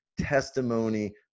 testimony